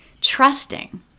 trusting